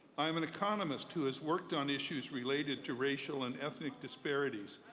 i am an economist who has worked on issues related to racial and ethnic disparities,